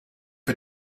for